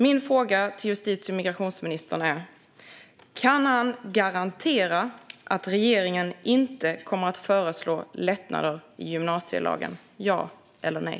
Min fråga till justitie och migrationsministern är: Kan han garantera att regeringen inte kommer att föreslå lättnader i gymnasielagen - ja eller nej?